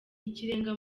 y’ikirenga